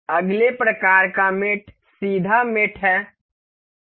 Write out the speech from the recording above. अगले प्रकार का मेट सीधा मेट है